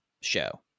show